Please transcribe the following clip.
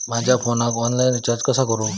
माझ्या फोनाक online recharge कसा करू?